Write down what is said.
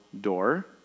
door